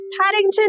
Paddington